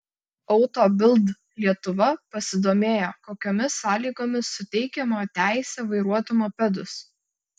auto bild lietuva pasidomėjo kokiomis sąlygomis suteikiama teisė vairuoti mopedus